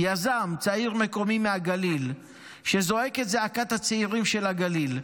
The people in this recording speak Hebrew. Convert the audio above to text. יזם צעיר מקומי מהגליל שזועק את זעקת הצעירים של הגליל.